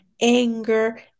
anger